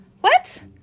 What